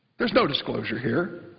there's no disclosure here.